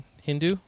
Hindu